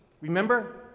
Remember